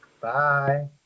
bye